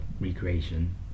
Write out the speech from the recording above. recreation